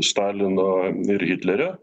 stalino ir hitlerio